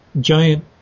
giant